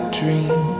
dream